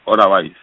otherwise